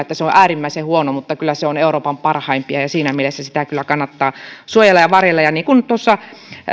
että se on äärimmäisen huono on euroopan parhaimpia ja siinä mielessä sitä kyllä kannattaa suojella ja varjella niin kuin